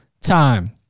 time